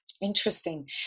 Interesting